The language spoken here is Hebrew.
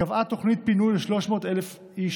קבעה תוכנית פינוי ל-300,000 איש.